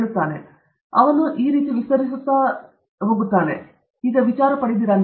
ABAB ಎಂದು ಅವರು ಸರಿ ವಿಸ್ತರಿಸುತ್ತಿದ್ದಾರೆ